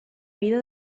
vida